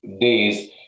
days